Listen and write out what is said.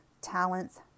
talents